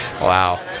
Wow